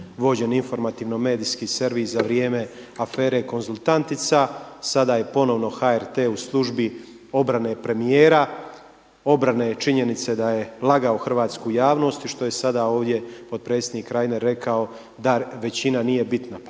vođen informativno medijski servis za vrijeme afere konzultantica. Sada je ponovno HRT u službi obrane premijera, obrane činjenice da je lagao hrvatsku javnost i što je sada ovdje potpredsjednik Reiner rekao da većina nije bitna.